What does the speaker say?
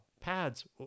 pads